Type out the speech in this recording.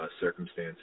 circumstances